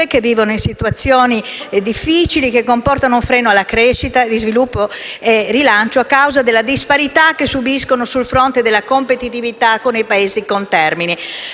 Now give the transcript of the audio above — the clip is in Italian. che vivono in situazioni difficili che comportano un freno alla crescita, allo sviluppo e al rilancio a causa della disparità che subiscono sul fronte della competitività con i paesi contermini.